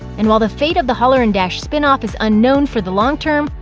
and while the fate of the holler and dash spin-off is unknown for the long-term,